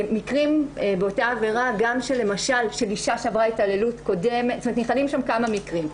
נכללים שם כמה מקרים.